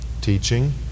teaching